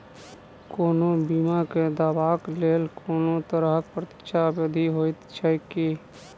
कोनो बीमा केँ दावाक लेल कोनों तरहक प्रतीक्षा अवधि होइत छैक की?